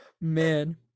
Man